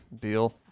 deal